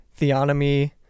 theonomy